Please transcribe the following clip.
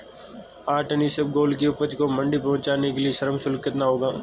आठ टन इसबगोल की उपज को मंडी पहुंचाने के लिए श्रम शुल्क कितना होगा?